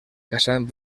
caçant